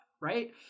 right